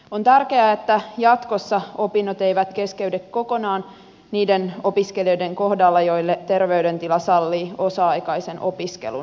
on tärkeää että jatkossa opinnot eivät keskeydy kokonaan niiden opiskelijoiden kohdalla joilla terveydentila sallii osa aikaisen opiskelun